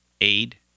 aid